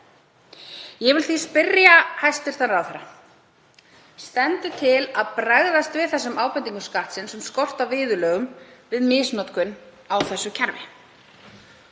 Ég vil því spyrja hæstv. ráðherra: Stendur til að bregðast við þessum ábendingum Skattsins um skort á viðurlögum við misnotkun á þessu kerfi?